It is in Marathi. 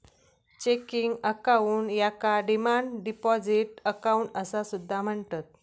चेकिंग अकाउंट याका डिमांड डिपॉझिट अकाउंट असा सुद्धा म्हणतत